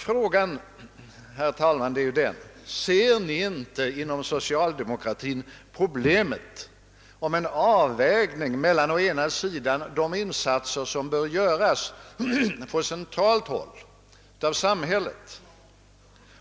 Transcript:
Frågan är emellertid: Ser ni inte inom socialdemokratin problemet om en avvägning mellan å ena sidan de insatser som bör göras från centralt håll, av samhället,